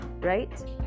Right